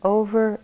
over